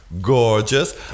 Gorgeous